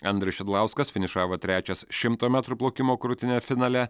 andrius šidlauskas finišavo trečias šimto metrų plaukimo krūtine finale